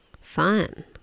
Fun